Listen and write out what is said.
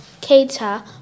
cater